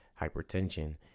hypertension